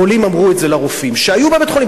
חולים אמרו את זה לרופאים שהיו בבית-חולים,